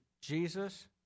Jesus